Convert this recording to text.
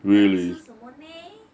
我要吃什么 neh